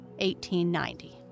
1890